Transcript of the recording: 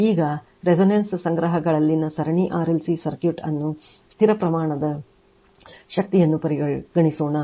ಈಗ resonance ಸಂಗ್ರಹಗಳಲ್ಲಿನ ಸರಣಿ RLC ಸರ್ಕ್ಯೂಟ್ ಅನ್ನು ಸ್ಥಿರ ಪ್ರಮಾಣದ ಶಕ್ತಿಯನ್ನು ಪರಿಗಣಿಸೋಣ